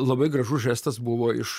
labai gražus žestas buvo iš